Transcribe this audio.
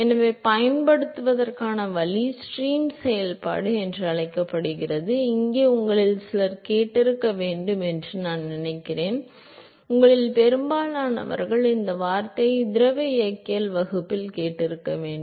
எனவே பயன்படுத்துவதற்கான வழி ஸ்ட்ரீம் செயல்பாடு என்று அழைக்கப்படுகிறது இங்கே உங்களில் சிலர் கேட்டிருக்க வேண்டும் என்று நான் நினைக்கிறேன் உங்களில் பெரும்பாலானவர்கள் இந்த வார்த்தையை திரவ இயக்கவியல் வகுப்பில் கேட்டிருக்க வேண்டும்